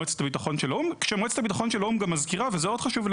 לא להעלות אותו לטיסה או ליצור קשר עם אוסטרליה לברר וזה ב-4 נסיבות: